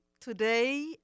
today